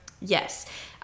yes